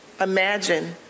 imagine